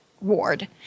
ward